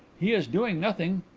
he is doing nothing.